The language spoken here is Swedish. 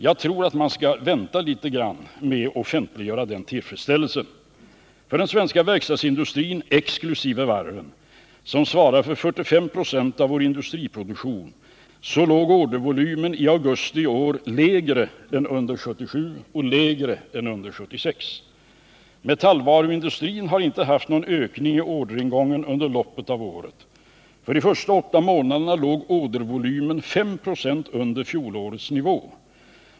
Jag tror att man bör vänta litet med att offentliggöra någon tillfredsställelse i det här avseendet. För den svenska verkstadsindustrin exkl. varven som svarar för 45 96 av vår industriproduktion låg ordervolymen i augusti i år lägre än under 1977 och lägre än under 1976. Metallvaruindustrin har inte haft någon ökning i orderingången under loppet av året. För de första åtta månaderna låg ordervolymen 5 96 under fjolårets nivå.